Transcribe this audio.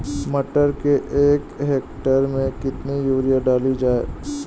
मटर के एक हेक्टेयर में कितनी यूरिया डाली जाए?